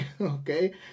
okay